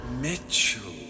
Mitchell